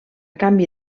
canvi